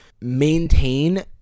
maintain